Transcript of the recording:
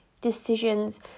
decisions